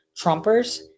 Trumpers